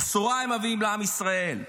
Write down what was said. בשורה הם מביאים לעם ישראל.